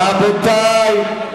רבותי,